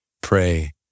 pray